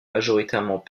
majoritairement